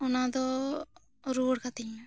ᱚᱱᱟ ᱫᱚ ᱨᱩᱣᱟᱹᱲ ᱠᱟᱹᱛᱤᱧ ᱢᱮ